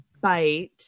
bite